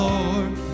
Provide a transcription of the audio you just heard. Lord